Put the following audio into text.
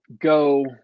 go